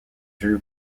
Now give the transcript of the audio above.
drew